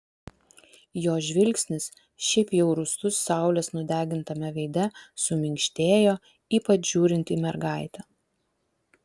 jo žvilgsnis šiaip jau rūstus saulės nudegintame veide suminkštėjo ypač žiūrint į mergaitę